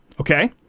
okay